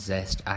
Zest